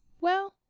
Well-